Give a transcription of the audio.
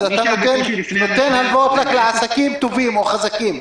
אז אתה נותן הלוואות רק לעסקים טובים או חזקים,